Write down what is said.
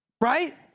Right